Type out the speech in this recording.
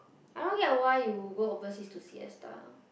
I don't get why you go overseas to see their star